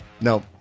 no